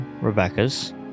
Rebecca's